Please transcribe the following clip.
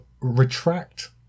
retract